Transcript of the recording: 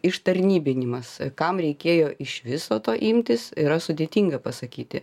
ištarnybinimas kam reikėjo iš viso to imtis yra sudėtinga pasakyti